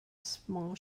small